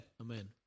Amen